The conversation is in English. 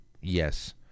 Yes